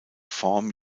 form